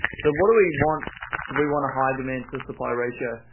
so, what do we want? do we want a high demand to supply ratio?